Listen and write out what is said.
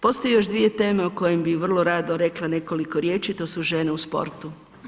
Postoje još dvije teme o kojim bi vrlo rado rekla nekoliko riječi, to su žene u sportu.